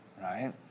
right